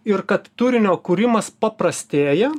ir kad turinio kūrimas paprastėja